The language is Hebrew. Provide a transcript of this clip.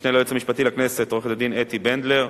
המשנה ליועץ המשפטי לכנסת, עורכת-הדין אתי בנדלר,